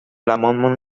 l’amendement